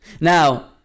Now